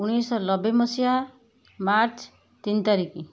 ଉଣେଇଶିଶହ ଲବେ ମସିହା ମାର୍ଚ୍ଚ ତିନ ତାରିକି